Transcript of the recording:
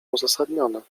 uzasadnione